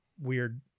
weird